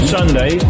Sunday